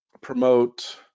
promote